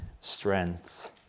strength